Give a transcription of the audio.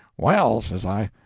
well, says i,